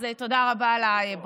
אז תודה רבה על הברכה.